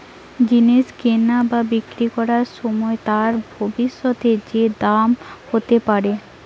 জিনিস কিনা বা বিক্রি করবার সময় তার ভবিষ্যতে যে দাম হতে পারে